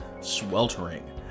sweltering